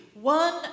One